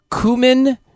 cumin